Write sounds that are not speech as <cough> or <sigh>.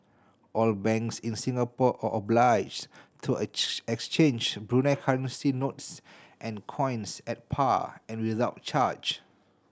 all banks in Singapore are obliged to <unintelligible> exchange Brunei currency notes and coins at par and without charge